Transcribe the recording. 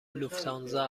لوفتانزا